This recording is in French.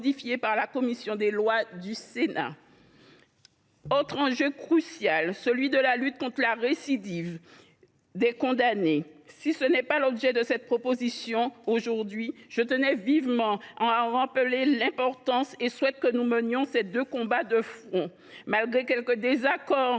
par la commission des lois du Sénat. Un autre enjeu crucial est celui de la lutte contre la récidive des condamnés. Si tel n’est pas l’objet de cette proposition de loi, je tenais vivement, néanmoins, à en rappeler l’importance. Je souhaite que nous menions ces deux combats de front. Malgré quelques désaccords